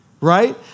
right